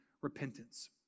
repentance